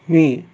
मी